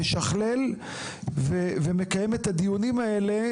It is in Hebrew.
משכלל ומקיים את הדיונים האלה,